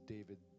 David